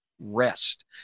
Rest